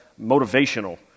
motivational